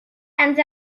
ens